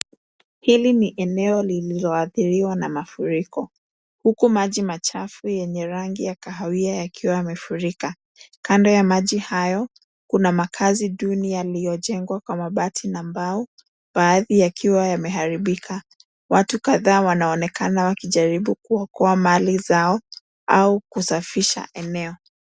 Hili ni eneo lililoathiriwa na mafuriko huku maji machafu yenye rangi ya kahawia yakiwa yamefurika. Kando ya maji hayo, kuna makazi duni yaliyojengwa kwa mabati na mbao, baadhi yakiwa yameharibika. Watu kadhaa wanaonekana wakijaribu kuokoa mali zao au kusafisha eneo.